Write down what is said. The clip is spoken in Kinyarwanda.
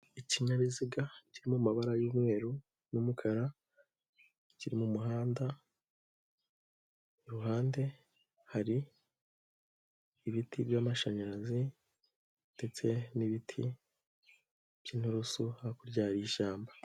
Ikinyabiziga kiri mu mabara y'umweru n'umukara kiri mu muhanda, iruhande hari ibiti by'amashanyarazi ndetse n'ibiti by'inturusu, hakurya hari ishyamba.